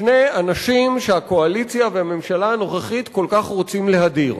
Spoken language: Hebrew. שני אנשים שהקואליציה והממשלה הנוכחית כל כך רוצות להדיר.